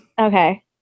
Okay